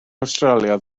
awstralia